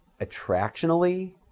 attractionally